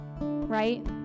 right